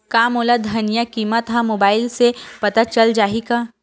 का मोला धनिया किमत ह मुबाइल से पता चल जाही का?